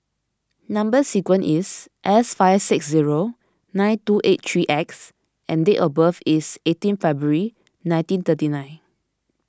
Number Sequence is S five six zero nine two eight three X and date of birth is eighteen February nineteen thirty nine